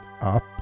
up